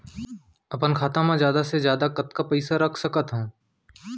अपन खाता मा जादा से जादा कतका पइसा रख सकत हव?